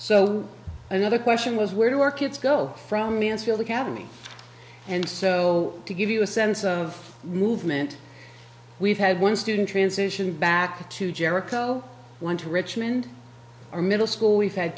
so another question was where to work it's girl from mansfield academy and so to give you a sense of movement we've had one student transition back to jericho one to richmond our middle school we've had